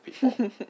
people